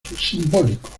simbólicos